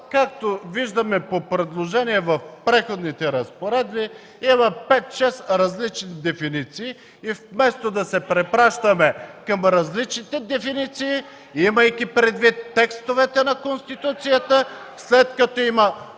както виждаме по предложенията в Преходните разпоредби, има 5-6 различни дефиниции и вместо да препращаме към различните дефиниции, имайки предвид текстовете на Конституцията, след като има